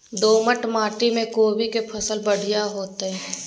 दोमट माटी में कोबी के फसल बढ़ीया होतय?